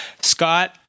Scott